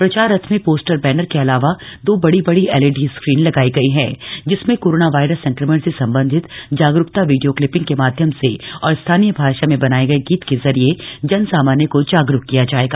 प्रचार रथ में पोस्टर बैनर के अलावा दो बड़ी बड़ी एलईडी स्क्रीन लगाई गई है जिसमें कोरोना वायरस संक्रमण से संबंधित जागरूकता वीडियो क्लिपिंग के माध्यम से और स्थानीय भाषा में बनाए गए गीत के जरिए जनसामान्य को जागरूक किया जाएगा